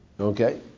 Okay